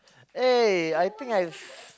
eh I think I've